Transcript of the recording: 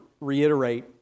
reiterate